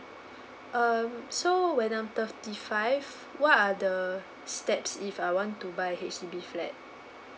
um so when I'm thirty five what are the steps if I want to buy H_D_B flat